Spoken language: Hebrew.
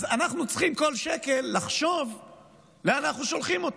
אז אנחנו צריכים כל שקל לחשוב לאן אנחנו שולחים אותו.